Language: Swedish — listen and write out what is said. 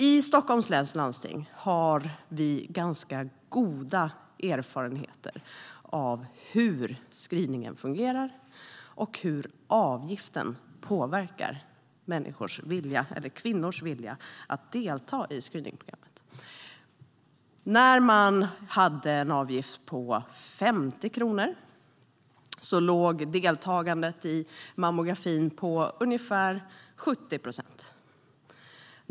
I Stockholms läns landsting har vi ganska goda erfarenheter av hur screeningen fungerar och hur avgiften påverkar kvinnors vilja att delta i screeningprogrammet. När man hade en avgift på 50 kronor låg deltagandet i mammografin på ungefär 70 procent.